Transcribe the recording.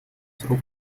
срок